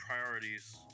priorities